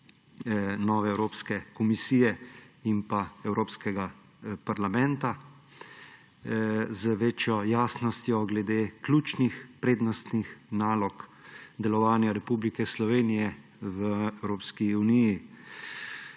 nove evropske komisije in evropskega parlamenta, z večjo jasnostjo glede ključnih, prednostnih nalog delovanja Republike Slovenije v Evropski uniji.